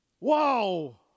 Whoa